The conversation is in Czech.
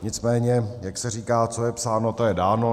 Nicméně jak se říká, co je psáno, to je dáno.